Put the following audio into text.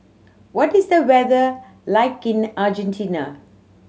what is the weather like in Argentina